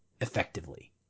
effectively